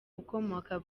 ukomoka